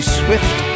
swift